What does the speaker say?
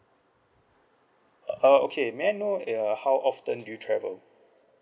uh okay may I know uh how often do you travel